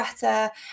better